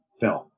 film